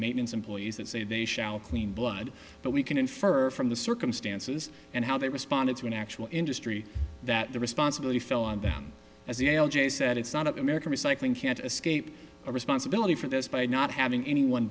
maintenance employees that say they shall clean blood but we can infer from the circumstances and how they responded to an actual industry that the responsibility fell on them as the l j said it's not an american cycling can't escape responsibility for this by not having anyone